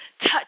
touch